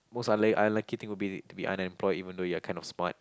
most unlike unlikely thing would be to be unemployed even though you are kind of smart